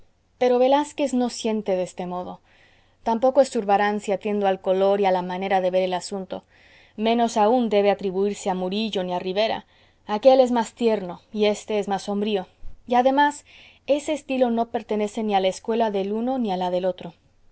pero velazquez no siente de este modo tampoco es zurbarán si atiendo al color y a la manera de ver el asunto menos aún debe atribuirse a murillo ni a ribera aquél es más tierno y éste es más sombrío y además ese estilo no pertenece ni a la escuela del uno ni a la del otro